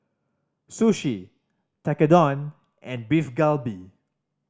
Sushi Tekkadon and Beef Galbi